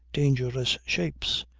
dangerous shapes.